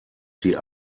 sie